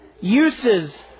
uses